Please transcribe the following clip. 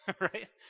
right